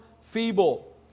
feeble